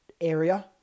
area